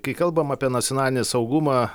kai kalbam apie nacionalinį saugumą